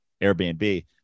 Airbnb